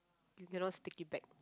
you cannot stick it back